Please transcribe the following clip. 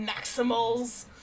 Maximals